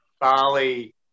Bali